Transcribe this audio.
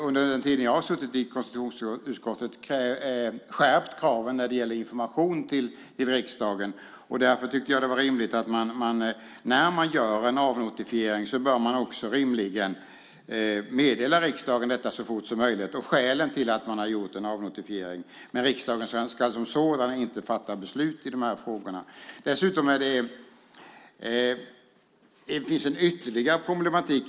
Under den tid jag har suttit i konstitutionsutskottet har vi skärpt kraven när det gäller information till riksdagen. Därför tyckte jag att det var rimligt att man när man gör en avnotifiering också bör meddela riksdagen detta så fort som möjligt och skälen till att man har gjort en avnotifiering. Men riksdagen som sådan ska inte fatta beslut i de här frågorna. Dessutom finns det en ytterligare problematik.